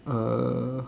uh